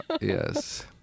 Yes